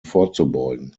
vorzubeugen